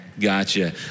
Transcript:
Gotcha